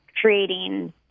creating